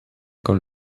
con